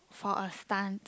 for a stunt